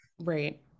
right